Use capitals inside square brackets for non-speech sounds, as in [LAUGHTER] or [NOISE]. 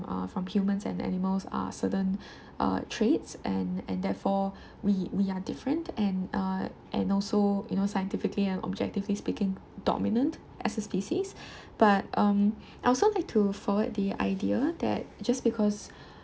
uh from humans and animals are certain uh traits and and therefore we we are different and uh and also you know scientifically and objectively speaking dominant as a species [BREATH] but um I also like to forward the idea that just because